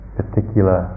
particular